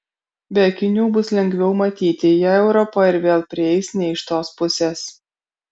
be akinių bus lengviau matyti jei europa ir vėl prieis ne iš tos pusės